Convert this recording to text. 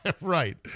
Right